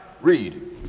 Read